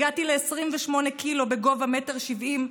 הגעתי ל-22 ק"ג בגובה של 1.70 מטרים,